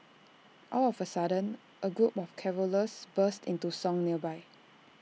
all of A sudden A group of carollers burst into song nearby